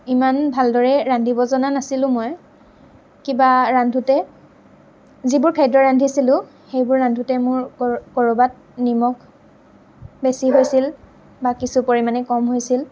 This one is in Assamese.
ইমান ভালদৰে ৰান্ধিব জনা নাছিলোঁ মই কিবা ৰান্ধোতে যিবোৰ খাদ্য ৰান্ধিছিলোঁ সেইবোৰ ৰান্ধোতে মোৰ ক'ৰ ক'ৰবাত নিমখ বেছি হৈছিল বা কিছু পৰিমাণে কম হৈছিল